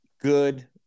good